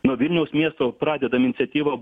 nuo vilniaus miesto pradedam iniciatyvą